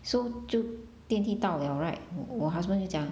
so 就电梯到 liao right 我 husband 就讲